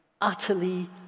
utterly